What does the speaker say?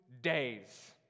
days